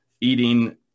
eating